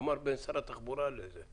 תאמר בין שר התחבורה לאוצר.